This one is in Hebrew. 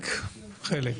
חלק, חלק.